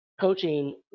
coaching